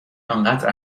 آنقدر